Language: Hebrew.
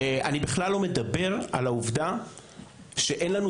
אני בכלל לא מדבר על העובדה שאין לנו